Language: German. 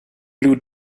blue